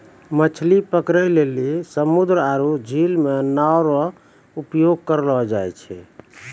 मछली पकड़ै लेली समुन्द्र आरु झील मे नांव रो उपयोग करलो जाय छै